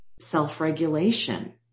self-regulation